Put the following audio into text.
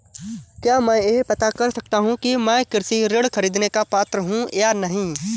क्या मैं यह पता कर सकता हूँ कि मैं कृषि ऋण ख़रीदने का पात्र हूँ या नहीं?